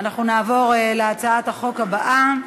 אנחנו נעבור להצעת החוק הבאה.